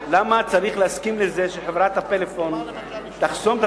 למה צריך להסכים לזה שחברת הפלאפון תחסום את